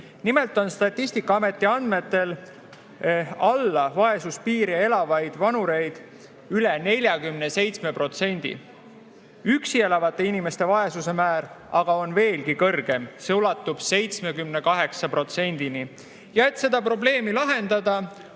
teistel. Statistikaameti andmetel on alla vaesuspiiri elavaid vanureid üle 47%. Üksi elavate inimeste vaesuse määr aga on veelgi kõrgem, see ulatub 78%-ni. Selle probleemi lahendamiseks